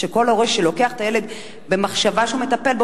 שכל הורה שלוקח את הילד במחשבה שהוא מטפל בו,